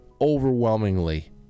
overwhelmingly